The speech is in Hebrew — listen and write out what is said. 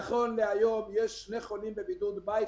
נכון להיום יש שני חולים קל בבידוד בית,